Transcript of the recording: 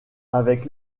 avec